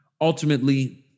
ultimately